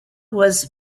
was